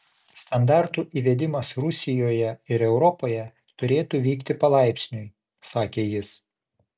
standartų įvedimas rusijoje ir europoje turėtų vykti palaipsniui sakė jis